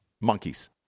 Monkeys